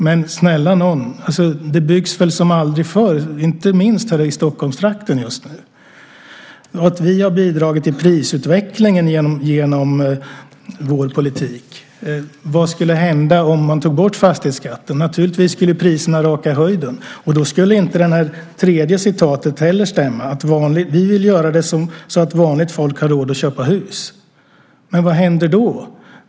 Men snälla någon, det byggs väl som aldrig förr, inte minst här i Stockholmstrakten just nu. Han sade att vi har bidragit till prisutvecklingen genom vår politik. Vad skulle hända om man tog bort fastighetsskatten? Naturligtvis skulle priserna raka i höjden. Och då skulle inte det tredje citatet heller stämma: Vi vill göra så att vanligt folk har råd att köpa hus? Men vad händer då?